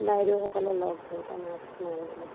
বাইদেউসকলে লগ ধৰিলে মাছ মাৰিবলৈ